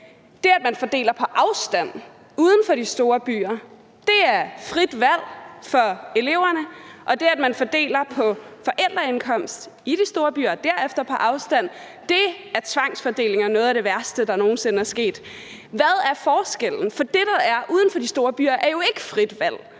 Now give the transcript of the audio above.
det, at man fordeler på baggrund af afstand uden for de store byer, er frit valg for eleverne, og det, at man fordeler på baggrund af forældreindkomst i de store byer og derefter på baggrund af afstand, er tvangsfordeling og noget af det værste, der nogen sinde er sket. Hvad er forskellen? Det, der er uden for de store byer, er jo ikke frit valg.